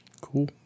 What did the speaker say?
Cool